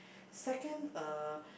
second uh